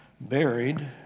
buried